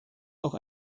auch